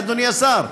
אדוני השר?